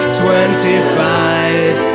twenty-five